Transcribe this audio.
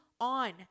on